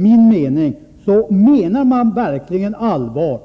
Menar man verkligen allvar